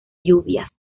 lluvias